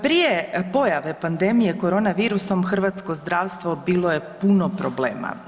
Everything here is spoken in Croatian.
Prije pojave pandemije koronavirusom hrvatsko zdravstvo bilo je puno problema.